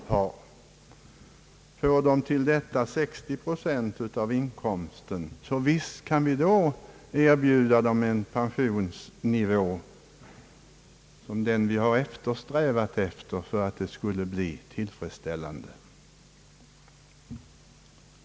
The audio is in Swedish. Får pensionärerna till detta 60 procent av den inkomst som överstiger basbeloppet, kan vi erbjuda dem en pensionsnivå som de eftersträvat som tillfredsställande.